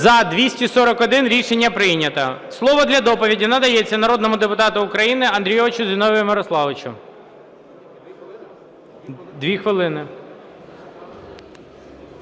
За-241 Рішення прийнято. Слово для доповіді надається народному депутату України Андрійовичу Зіновію Мирославовичу. 2 хвилини.